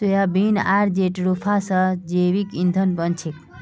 soybean आर jatropha स जैविक ईंधन बन छेक